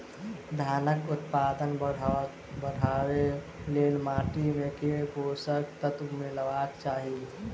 धानक उत्पादन बढ़ाबै लेल माटि मे केँ पोसक तत्व मिलेबाक चाहि?